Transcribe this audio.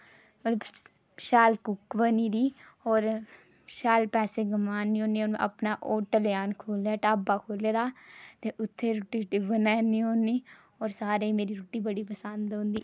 पर शैल कुक बनी दी होर शैल पैसे कमा नी ते कन्नै ओह् ढाबा जन खु'ल्ले दा ते उत्थे रुट्टी बनानी होनी ते होर सारेंगी मेरी रुट्टी बड़ी पसंद औंदी